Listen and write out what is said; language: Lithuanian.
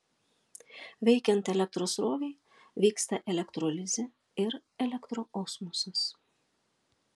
veikiant elektros srovei vyksta elektrolizė ir elektroosmosas